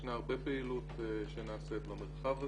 ישנה הרבה פעילות שנעשית במרחב הזה.